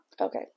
Okay